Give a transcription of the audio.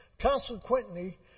Consequently